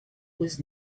was